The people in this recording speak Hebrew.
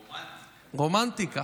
רומנטיקה.